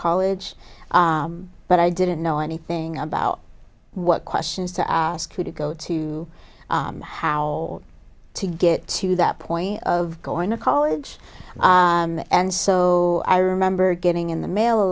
college but i didn't know anything about what questions to ask you to go to how to get to that point of going to college and so i remember getting in the mail a